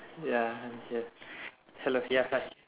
ya ya hello ya hi